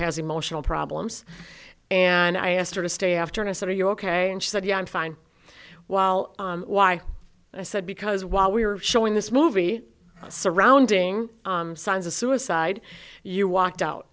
has emotional problems and i asked her to stay after and i said are you ok and she said yeah i'm fine well why i said because while we were showing this movie surrounding signs of suicide you walked out